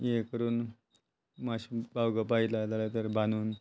हे करून मातशे पावगो पयला जाल्यार तर बांदून